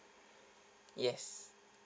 yes